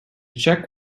check